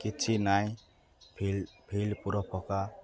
କିଛି ନାଇଁ ଫିଲ୍ଡ଼୍ ପୁରା ପକ୍କା